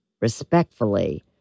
respectfully